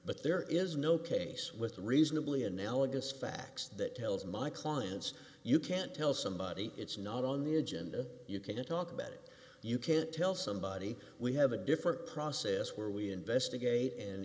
but there is no case with reasonably analogous facts that tells my clients you can't tell somebody it's not on the agenda you can talk about it you can't tell somebody we have a different process where we investigate and